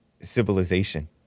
civilization